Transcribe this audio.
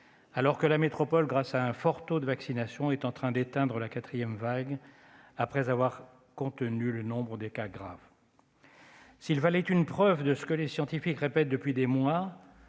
alors que la métropole, grâce à un fort taux de vaccination, est en train d'éteindre la quatrième vague, après avoir contenu le nombre de cas graves. S'il fallait une preuve de ce que les scientifiques répètent depuis des mois,